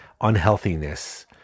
unhealthiness